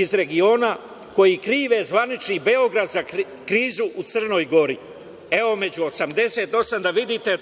iz regiona koji krive zvanični Beograd za krizu u Crnoj Gori. Evo, među 88, da vidite